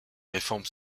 réformes